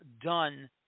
done